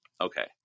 Okay